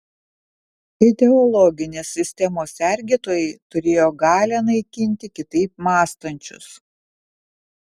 ideologinės sistemos sergėtojai turėjo galią naikinti kitaip mąstančius